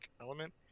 element